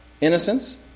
innocence